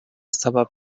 estava